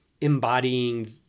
embodying